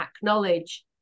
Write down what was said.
acknowledge